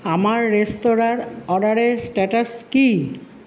আমার রেস্তোরাঁর অর্ডারের স্ট্যাটাস কী